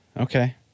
Okay